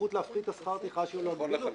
סמכות להפחית את שכר הטרחה או להגביל אותו.